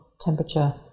temperature